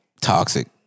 Toxic